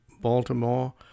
Baltimore